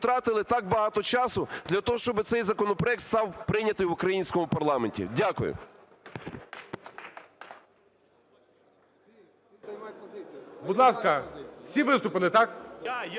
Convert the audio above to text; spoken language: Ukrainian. Будь ласка, всі виступили, так?